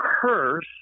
curse